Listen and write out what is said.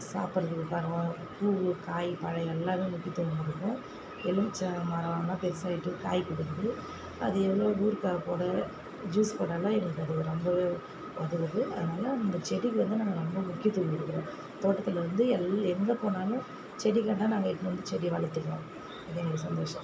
சாப்பிறதுக்கு பழம் பூ காய் பழம் எல்லாமே முக்கியத்துவம் கொடுக்கும் எலுமிச்சை மரம் நல்லா பெருசாயிட்டு காய் கொடுக்குது அது எவ்வளோ ஊறுகாய் போட ஜூஸ் போடலான் எங்களுக்கு அது ரொம்பவே உதவுது அதனால் இந்த செடிங்களுக்கு வந்து நாங்கள் ரொம்ப முக்கியத்துவம் கொடுக்குறோம் தோட்டத்தில் வந்து எல் எங்கே போனாலும் செடிகள்லா நாங்கள் எடுத்துன்னு வந்து செடி வளர்த்துடுவோம் அது எங்களுக்கு சந்தோசம்